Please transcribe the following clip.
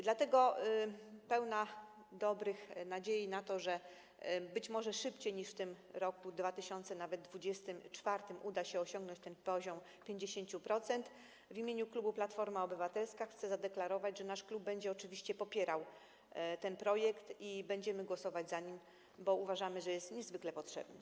Dlatego pełna dobrych nadziei na to, że być może nawet szybciej niż w tym roku 2024 uda się osiągnąć ten poziom 50%, w imieniu klubu Platforma Obywatelska chcę zadeklarować, że nasz klub będzie oczywiście popierał ten projekt i będziemy za nim głosować, bo uważamy, że jest niezwykle potrzebny.